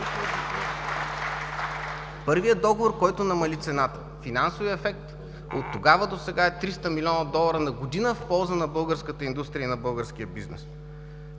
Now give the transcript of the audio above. първият договор, който намали цената. Финансовият ефект от тогава до сега е 300 млн. долара на година в полза на българската индустрия и на българския бизнес.